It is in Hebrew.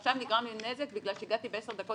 ועכשיו נגרם לי נזק בגלל שהגעתי בעשר דקות